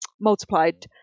multiplied